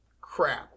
crap